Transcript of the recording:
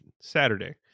Saturday